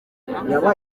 avuga